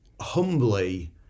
humbly